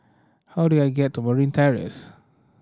how do I get to Merryn Terrace